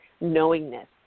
knowingness